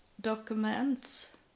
documents